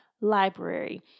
library